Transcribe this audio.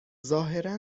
ظاهرا